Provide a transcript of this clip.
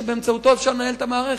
שבאמצעותו אפשר לנהל את המערכת,